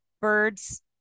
birds